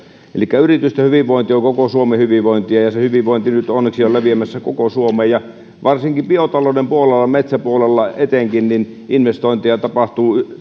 elikkä yritysten hyvinvointi on koko suomen hyvinvointia ja se hyvinvointi nyt onneksi on leviämässä koko suomeen ja varsinkin biotalouden puolella metsäpuolella etenkin investointeja tapahtuu